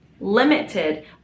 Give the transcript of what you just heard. limited